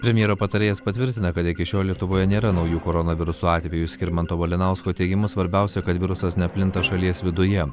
premjero patarėjas patvirtina kad iki šiol lietuvoje nėra naujų koronaviruso atvejų skirmanto malinausko teigimu svarbiausia kad virusas neplinta šalies viduje